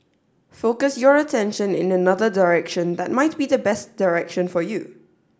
focus your attention in another direction that might be the best direction for you